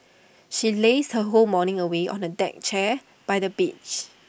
she lazed her whole morning away on A deck chair by the beach